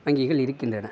வங்கிகள் இருக்கின்றன